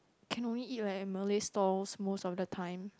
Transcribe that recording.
can only eat like Malay stalls most of the time